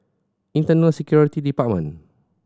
Internal Security Department